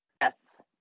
Yes